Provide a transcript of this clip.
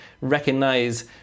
recognize